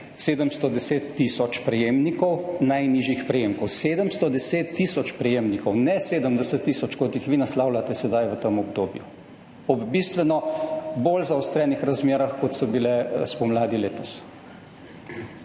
710 tisoč prejemnikov najnižjih prejemkov. 710 tisoč prejemnikov, ne 70 tisoč kot jih vi naslavljate sedaj v tem obdobju ob bistveno bolj zaostrenih razmerah, kot so bile spomladi letos.